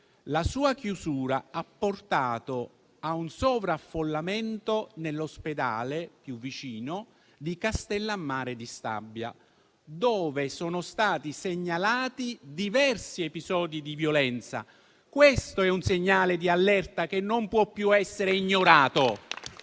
La sua chiusura ha portato a un sovraffollamento nell'ospedale più vicino di Castellammare di Stabia, dove sono stati segnalati diversi episodi di violenza. Questo è un segnale di allerta che non può più essere ignorato